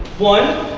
one,